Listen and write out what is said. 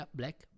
black